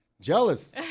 Jealous